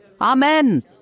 Amen